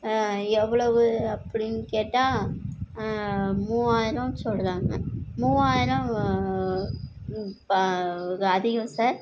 எவ்வளோவு அப்படினு கேட்டால் மூவாயிரம் சொல்கிறாங்க மூவாயிரம் ப அதிகம் சார்